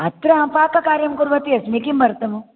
अत्र पाककार्यं कुर्वती अस्मि किमर्थम्